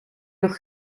nog